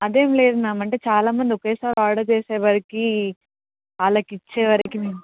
అదేం లేదు మ్యామ్ అంటే చాలా మంది ఒకేసారి ఆర్డర్ చేసేవరికి వాళ్ళకి ఇచ్చే వరకి